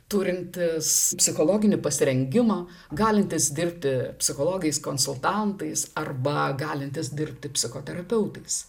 turintys psichologinį pasirengimą galintys dirbti psichologais konsultantais arba galintys dirbti psichoterapeutais